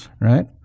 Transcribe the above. Right